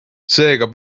seega